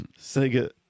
Sega